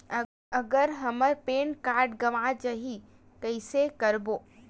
अगर हमर PAN card गवां जाही कइसे करबो?